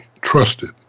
trusted